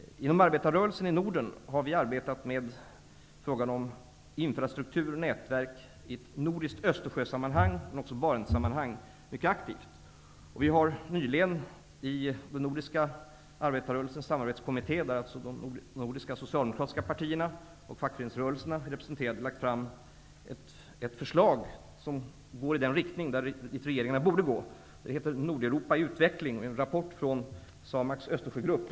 Inom arbetarrörelsen i Norden har vi mycket aktivt arbetat med frågan om infrastruktur och nätverk i ett nordiskt Östersjösammanhang, men också i ett Vi har nyligen i den nordiska arbetarrörelsens samarbetskommitté, där de nordiska socialdemokratiska partierna och fackföreningsrörelserna är representerade, lagt fram ett förslag som går i den riktning som regeringarna borde gå. Det heter Nordeuropa i utveckling och är en rapport från SAMAK:s Östersjögrupp.